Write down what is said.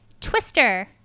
Twister